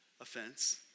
offense